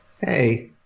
Hey